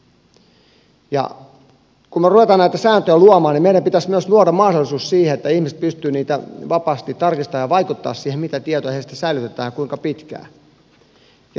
kun me rupeamme näitä sääntöjä luomaan niin meidän pitäisi myös luoda mahdollisuus siihen että ihmiset pystyvät niitä vapaasti tarkistamaan ja vaikuttamaan siihen mitä tietoja heistä säilytetään ja kuinka pitkään